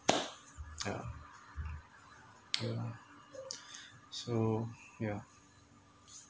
yeah yeah lah so yeah